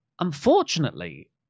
unfortunately